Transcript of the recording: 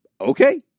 Okay